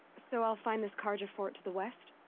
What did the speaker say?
so i'll find this carja fort to the west.